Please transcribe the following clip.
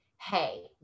hey